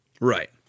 Right